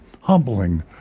humbling